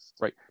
right